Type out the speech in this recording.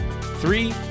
Three